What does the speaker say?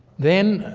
then,